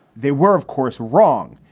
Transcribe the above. they were, of course, wrong,